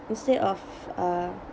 instead of uh